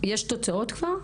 יש תוצאות כבר?